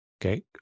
Okay